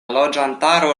loĝantaro